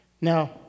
Now